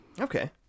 okay